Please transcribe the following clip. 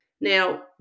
Now